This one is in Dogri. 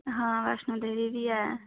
हां वैष्णो देवी बी ऐ